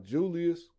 Julius